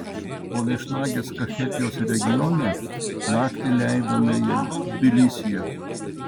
po viešnagės kachetijos regione naktį leidome jau tbilisyje